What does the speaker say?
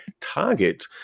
target